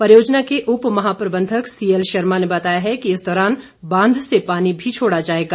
परियोजना के उपमहाप्रबंधक सीएल शर्मा ने बताया है कि इस दौरान बांध से पानी भी छोड़ा जाएगा